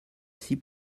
six